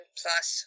plus